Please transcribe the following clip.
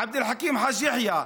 עבד אל חכים חאג' יחיא,